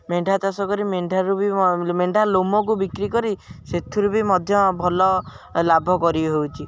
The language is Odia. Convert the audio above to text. ମେଣ୍ଢା ଚାଷ କରି ମେଣ୍ଢାରୁ ବି ମେଣ୍ଢା ଲୋମକୁ ବିକ୍ରି କରି ସେଥିରୁ ବି ମଧ୍ୟ ଭଲ ଲାଭ କରିହେଉଛି